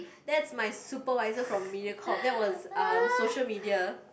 that's my supervisor from Mediacorp that was um social media